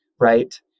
right